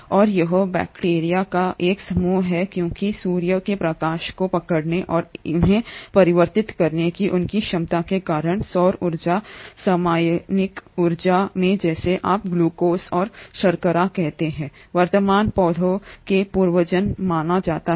और यह बैक्टीरिया का यह समूह है क्योंकि सूर्य के प्रकाश को पकड़ने और उन्हें परिवर्तित करने की उनकी क्षमता के कारण सौर ऊर्जा रासायनिक ऊर्जा में जिसे आप ग्लूकोज और शर्करा कहते हैं वर्तमान पौधों के पूर्वज माना जाता है